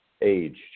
Age